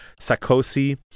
Sakosi